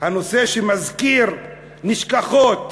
הנושא שמזכיר נשכחות